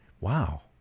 Wow